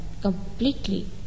completely